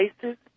places